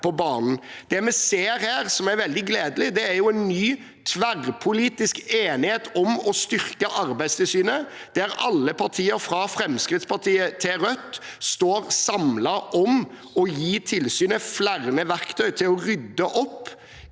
Det vi ser, som er veldig gledelig, er en ny tverrpolitisk enighet om å styrke Arbeidstilsynet, der alle partier – fra Fremskrittspartiet til Rødt – står samlet om å gi tilsynet flere verktøy til å rydde opp